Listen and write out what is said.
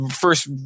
first